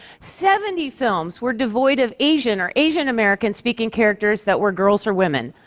seventy films were devoid of asian or asian-american speaking characters that were girls or women.